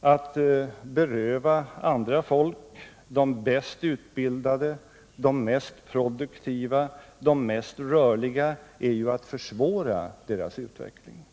Att beröva andra folk de bäst utbildade, de mest produktiva, de mest rörliga är ju att försvåra deras utveckling.